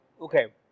okay